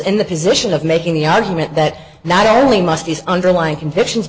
in the position of making the argument that not only must the underlying convictions